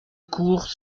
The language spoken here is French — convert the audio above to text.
cours